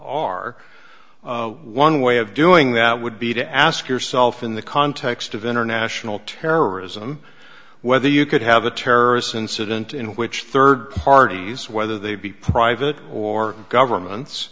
are one way of doing that would be to ask yourself in the context of international terrorism whether you could have a terrorist incident in which third parties whether they be private or governments